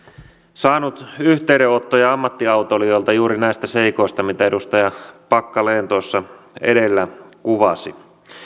saanut yhteydenottoja ammattiautoilijoilta juuri näistä seikoista mitä edustaja packalen edellä kuvasi